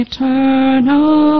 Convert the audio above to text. Eternal